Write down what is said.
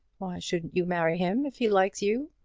why shouldn't you marry him if he likes you?